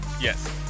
Yes